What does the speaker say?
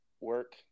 work